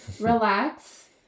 relax